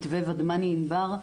מתווה ודמני-ענבר,